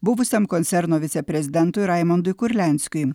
buvusiam koncerno viceprezidentui raimundui kurlianskiui